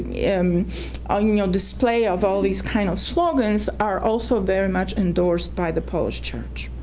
yeah um ah you know display of all these kind of slogans are also very much endorsed by the post church.